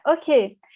okay